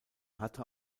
hatte